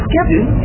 Captain